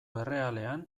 errealean